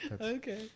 Okay